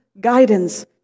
guidance